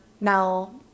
now